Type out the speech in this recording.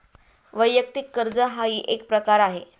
वैयक्तिक कर्ज हाही एक प्रकार आहे